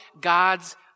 God's